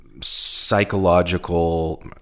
psychological